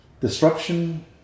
disruption